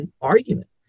argument